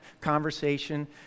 conversation